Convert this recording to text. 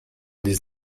this